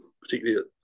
particularly